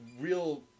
real